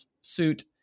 suit